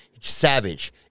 Savage